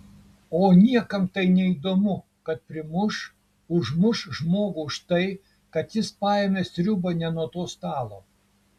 o niekam tai neįdomu kad primuš užmuš žmogų už tai kad jis paėmė sriubą ne nuo to stalo